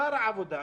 שר העבודה,